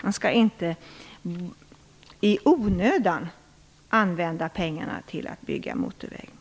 Man skall inte i onödan använda pengarna till att bygga motorvägar.